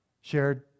shared